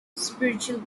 spiritual